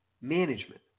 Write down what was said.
management